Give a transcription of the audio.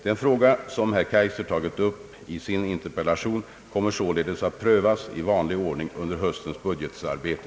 Den fråga som herr Kajiser tagit upp i sin interpellation kommer således att prövas i vanlig ordning under höstens budgetarbete.